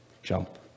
jump